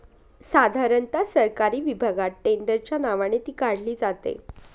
साधारणता सरकारी विभागात टेंडरच्या नावाने ती काढली जाते